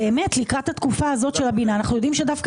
לקראת התקופה הזאת של הבינה אנחנו יודעים שדווקא